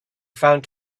found